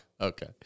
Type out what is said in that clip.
Okay